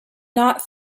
not